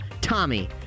Tommy